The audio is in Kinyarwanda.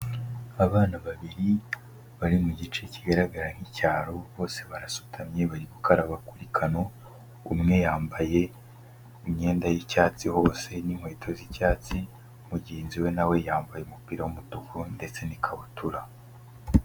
Abana babiri bari mu gice kigaragara nk'icyaro, bose barasutamye, bari gukaraba kuri kano, umwe yambaye imyenda y'icyatsi hose n'inkweto z'icyatsi, mugenzi we na we yambaye umupira w'umutuku ndetse n'ikabutura.